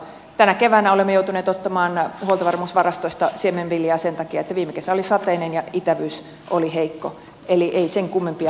tänä keväänä olemme joutuneet ottamaan huoltovarmuusvarastoista siemenviljaa sen takia että viime kesä oli sateinen ja itävyys oli heikko eli ei sen kummempia kriisejä tarvita